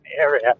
area